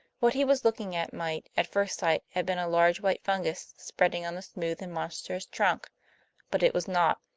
what he was looking at might, at first sight, have been a large white fungus spreading on the smooth and monstrous trunk but it was not.